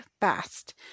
fast